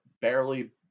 barely